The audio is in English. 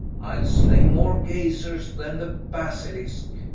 ile slay more gazers then the basiliske,